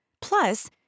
Plus